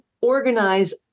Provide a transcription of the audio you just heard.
organize